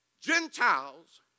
Gentiles